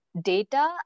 data